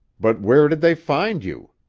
but where did they find you?